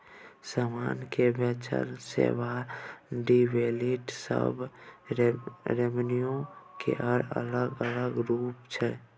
समान केँ बेचब, सेबा, डिविडेंड सब रेवेन्यू केर अलग अलग रुप छै